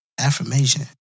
affirmation